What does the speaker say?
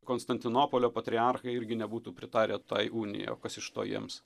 konstantinopolio patriarchai irgi nebūtų pritarę tai unijai o kas iš to jiems